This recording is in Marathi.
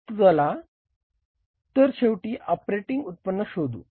चला तर शेवटी ऑपरेटिंग उत्पन्न शोधू